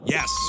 Yes